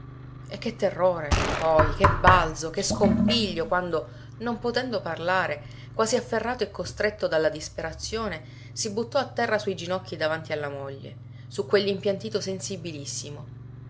e che terrore poi che balzo che scompiglio quando non potendo parlare quasi afferrato e costretto dalla disperazione si buttò a terra sui ginocchi davanti alla moglie su quell'impiantito sensibilissimo